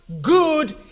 good